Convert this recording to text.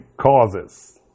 causes